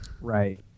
right